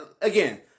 Again